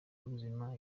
y’ubuzima